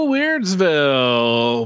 Weirdsville